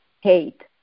Hate